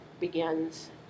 begins